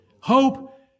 hope